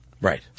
Right